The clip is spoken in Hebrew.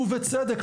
ובצדק,